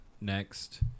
next